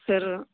sir